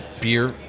beer